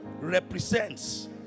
represents